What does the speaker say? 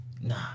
Nah